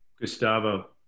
Gustavo